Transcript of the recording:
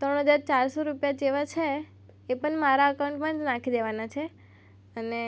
ત્રણ હજાર ચારસો રૂપિયા જેવા છે એ પણ મારા અકાઉન્ટમાં જ નાખી દેવાના છે અને